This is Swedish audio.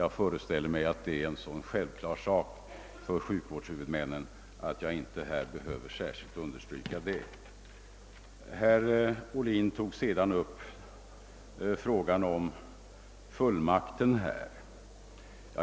Jag föreställer mig att detta är en för sjukvårdshuvudmännen så självklar sak, att jag inte här behöver särskilt understryka det. Herr Ohlin tog sedan upp frågan om fullmakten.